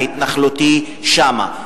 ההתנחלותי שם,